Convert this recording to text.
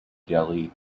delhi